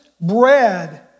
bread